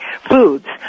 foods